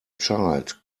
child